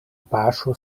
paŝo